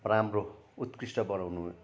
राम्रो उत्कृष्ट बनाउनु